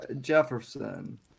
Jefferson